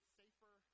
safer